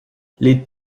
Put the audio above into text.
les